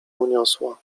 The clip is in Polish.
uniosła